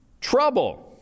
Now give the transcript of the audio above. trouble